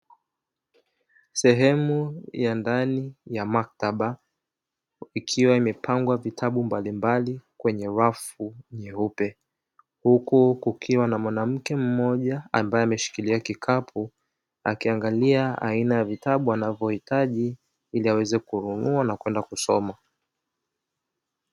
Sehemu ya ndani ya maktaba ikiwa imepangwa vitabu mbalimbali kwenye rafu nyeupe, huku kukiwa na mwanamke mmoja ambaye ameshikilia kikapu akiangalia aina ya vitabu anavyohitaji ili aweze kununua na kwenda kusoma.